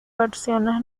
versiones